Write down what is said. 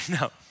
No